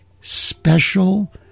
special